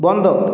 বন্ধ